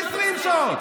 זה 20 שעות.